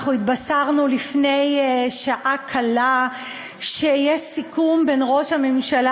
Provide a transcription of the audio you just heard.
אנחנו התבשרנו לפני שעה קלה שיש סיכום בין ראש הממשלה